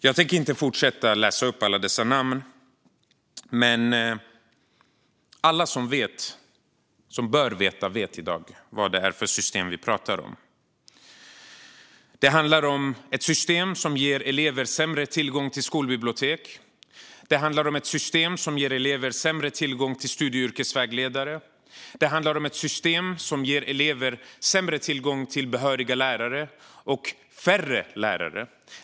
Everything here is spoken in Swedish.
Jag tänker inte fortsätta att läsa upp alla dessa namn, men alla som bör veta vet i dag vad det är för system vi pratar om. Det handlar om ett system som ger elever sämre tillgång till skolbibliotek. Det handlar om ett system som ger elever sämre tillgång till studie och yrkesvägledare. Det handlar om ett system som ger elever sämre tillgång till behöriga lärare och färre lärare.